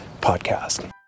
Podcast